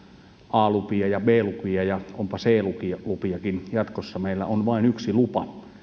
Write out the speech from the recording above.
a lupia ja b lupia ja onpa c lupiakin jatkossa meillä on vain yksi lupa